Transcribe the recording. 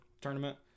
tournament